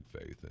faith